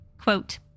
Quote